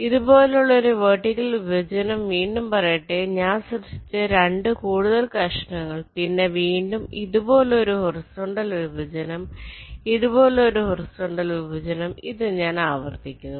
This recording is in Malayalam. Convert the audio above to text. ഇതുപോലുള്ള ഒരു വെർട്ടിക്കൽ വിഭജനം വീണ്ടും പറയട്ടെ ഞാൻ സൃഷ്ടിച്ച 2 കൂടുതൽ കഷണങ്ങൾ പിന്നെ വീണ്ടും ഇതുപോലൊരു ഹോറിസോണ്ടൽ വിഭജനം ഇതുപോലൊരു ഹോറിസോണ്ടൽ വിഭജനം ഇത് ഞാൻ ആവർത്തിക്കുന്നു